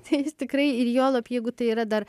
tai jos tikrai ir juolab jeigu tai yra dar